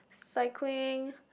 cycling